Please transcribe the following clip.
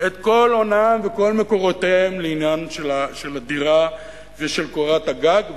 את כל הונם וכל מקורותיהם לעניין של הדירה ושל קורת הגג.